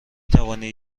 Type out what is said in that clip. توانید